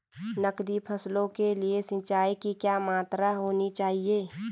नकदी फसलों के लिए सिंचाई की क्या मात्रा होनी चाहिए?